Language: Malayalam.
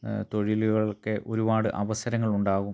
തൊഴിലുകൾക്ക് ഒരുപാട് അവസരങ്ങൾ ഉണ്ടാവും